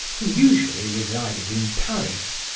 who usually resided in paris.